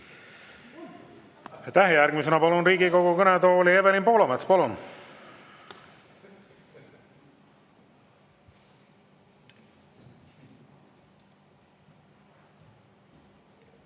Järgmisena palun Riigikogu kõnetooli Evelin Poolametsa.